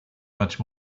much